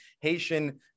Haitian